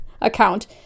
account